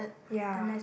ya